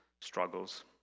struggles